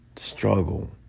struggle